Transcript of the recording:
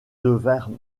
devinrent